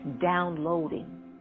downloading